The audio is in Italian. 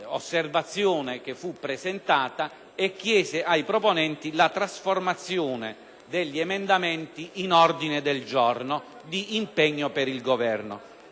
l’osservazione che fu presentata e chiese ai proponenti la trasformazione degli emendamenti in ordini del giorno di impegno per il Governo.